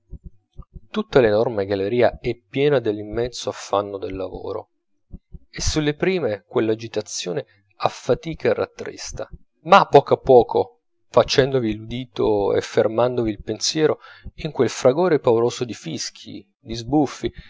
domani tutta l'enorme galleria è piena dell'immenso affanno del lavoro e sulle prime quell'agitazione affatica e rattrista ma a poco a poco facendovi l'udito e fermandovi il pensiero in quel fragore pauroso di fischi di sbuffi